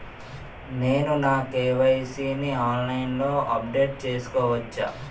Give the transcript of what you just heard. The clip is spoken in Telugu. నేను నా కే.వై.సీ ని ఆన్లైన్ లో అప్డేట్ చేసుకోవచ్చా?